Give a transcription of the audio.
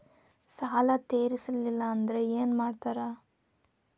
ಸಾಲ ತೇರಿಸಲಿಲ್ಲ ಅಂದ್ರೆ ಏನು ಮಾಡ್ತಾರಾ?